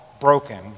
broken